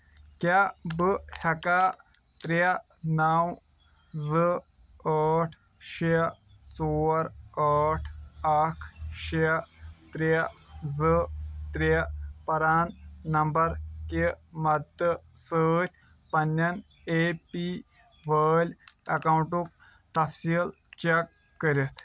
کیٛاہ بہٕ ہیٚکا ترٛے نو زٕ ٲٹھ شیٚے ژور ٲٹھ اکھ شیٚے ترٛےٚ زٕ ترٛے پران نمبر کہِ مدد سۭتۍ پنٮ۪ن اے پی واٮٔی اکاؤنٹُک تفصیٖل چیک کٔرِتھ؟